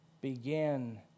begin